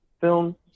film